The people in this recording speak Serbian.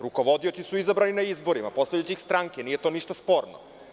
Rukovodioci su izabrani na izborima, postavljaju ih stranke, nije to ništa sporno.